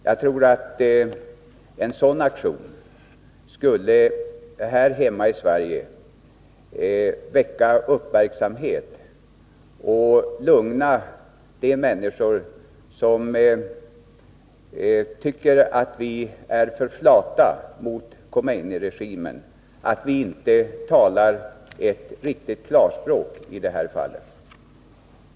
Jag tror att en sådan aktion skulle här hemma i Sverige väcka uppmärksamhet och lugna de människor som tycker att vi är för flata mot Khomeini-regimen — att vi inte talar klarspråk i det här fallet.